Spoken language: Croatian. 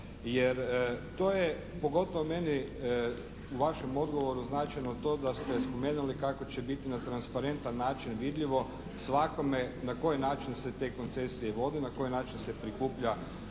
Jer, to je pogotovo meni u vašem odgovoru značajno to da ste spomenuli kako će biti na transparentan način vidljivo svakome na koji način se te koncesije vode, na koji način se prikuplja